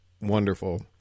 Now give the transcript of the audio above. wonderful